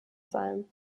sein